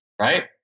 right